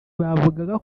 bavugaga